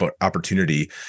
opportunity